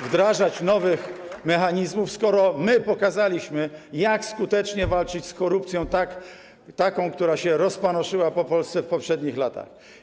wdrażać już nowych mechanizmów, skoro my pokazaliśmy, jak skutecznie walczyć z korupcją, która się rozpanoszyła w Polsce w poprzednich latach.